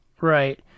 Right